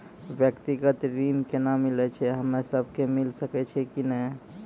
व्यक्तिगत ऋण केना मिलै छै, हम्मे सब कऽ मिल सकै छै कि नै?